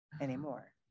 anymore